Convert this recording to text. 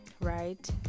right